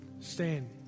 Stand